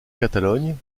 catalogne